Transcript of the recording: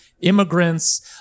immigrants